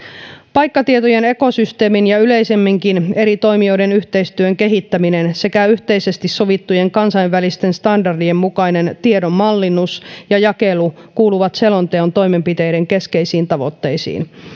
paikkatietojen ekosysteemin ja yleisemminkin eri toimijoiden yhteistyön kehittäminen sekä yhteisesti sovittujen kansainvälisten standardien mukainen tiedon mallinnus ja jakelu kuuluvat selonteon toimenpiteiden keskeisiin tavoitteisiin